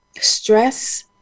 stress